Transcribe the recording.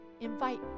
invite